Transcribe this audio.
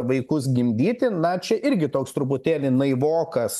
vaikus gimdyti na čia irgi toks truputėlį naivokas